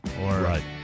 Right